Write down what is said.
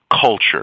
Culture